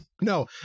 no